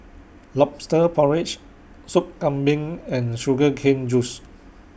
Lobster Porridge Soup Kambing and Sugar Cane Juice